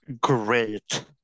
Great